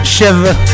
Shiver